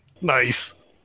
Nice